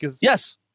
Yes